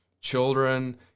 children